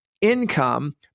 income